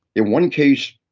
in one case,